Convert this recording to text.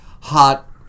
hot